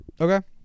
okay